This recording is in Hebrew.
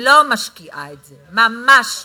לא משקיעה את זה, ממש לא.